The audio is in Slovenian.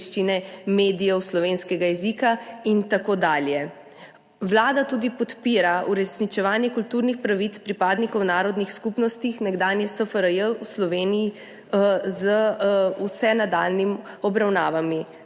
medijev, slovenskega jezika in tako dalje. Vlada tudi podpira uresničevanje kulturnih pravic pripadnikov narodnih skupnosti nekdanje SFRJ v Sloveniji z vsemi nadaljnjimi obravnavami.